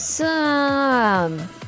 awesome